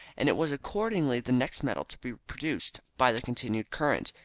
and it was accordingly the next metal to be produced by the continued current.